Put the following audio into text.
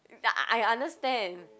I understand